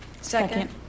Second